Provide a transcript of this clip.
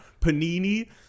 Panini